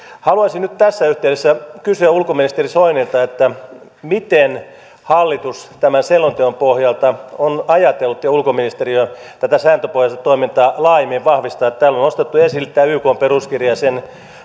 haluaisin nyt tässä yhteydessä kysyä ulkoministeri soinilta miten hallitus tämän selonteon pohjalta on ajatellut ja ulkoministeriö tätä sääntöpohjaista toimintaa laajemmin vahvistaa täällä on nostettu esille tämä ykn peruskirja ja sen